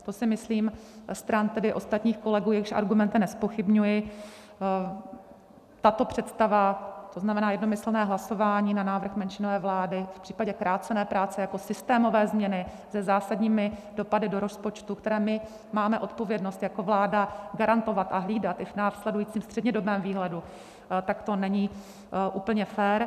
To si myslím stran tedy ostatních kolegů, jejichž argumenty nezpochybňuji, tato představa, to znamená jednomyslné hlasování na návrh menšinové vlády v případě krácené práce jako systémové změny se zásadními dopady do rozpočtu, které my máme odpovědnost jako vláda garantovat a hlídat i v následujícím střednědobém výhledu, tak to není úplně fér.